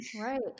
Right